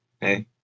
hey